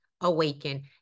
awaken